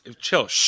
chill